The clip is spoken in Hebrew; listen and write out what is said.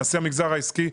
נשיא המגזר העסקי,